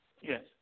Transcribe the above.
Yes